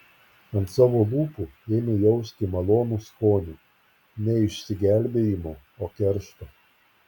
ant savo lūpų ėmė jausti malonų skonį ne išsigelbėjimo o keršto